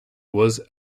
was